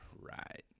Right